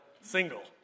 single